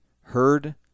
heard